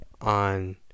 on